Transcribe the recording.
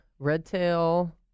Redtail